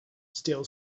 still